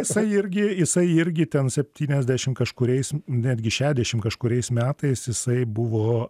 jisai irgi jisai irgi ten septyniasdešim kažkuriais netgi šešiasdešim kažkuriais metais jisai buvo